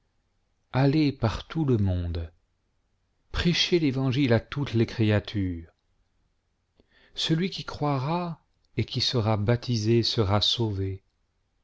allez par tout le monde prêchez l'évangile à toutes les créatures celui qui croira et qui sera baptisé sera sauvé